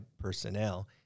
personnel